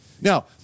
Now